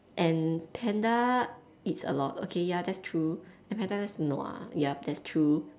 and panda eats a lot okay ya that's true and panda just nua ya that's true